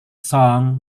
song